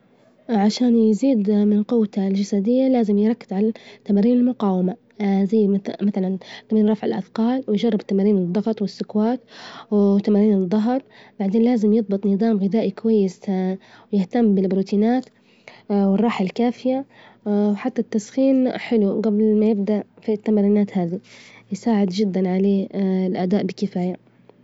عشان يزيد من جوته الجسدية، لازم يركز على تمارين المجاومة، زي مثلا: تمارين رفع الأثجال، ويجرب تمارين الظغط والسكواش، وتمارين الظهر، بعدين لازم يظبط نظام غذائي كويس، ويهتم بالبروتينات، والراحة الكافية، وحتى التسخين حلو جبل إن يبدأ في التمارينات هذي يساعد جدا عليه الأداء بكفاية.